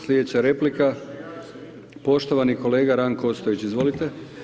Slijedeća replika poštovani kolega Ranko Ostojić, izvolite.